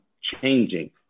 changing